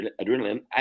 adrenaline